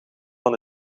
van